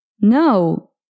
No